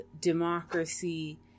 democracy